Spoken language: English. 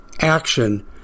action